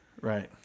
right